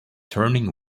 turning